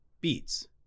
beats